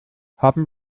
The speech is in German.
haben